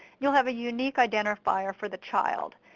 youll have a unique identifier for the child.